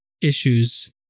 issues